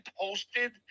posted